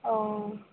औ